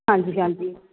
ਹਾਂਜੀ ਹਾਂਜੀ